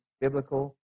biblical